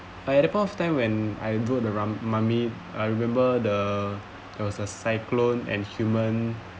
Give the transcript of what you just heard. I had a point of time when I rode the rum~ mummy I remember the there was a cyclone and human